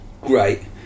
great